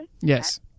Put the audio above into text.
Yes